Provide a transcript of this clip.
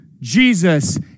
Jesus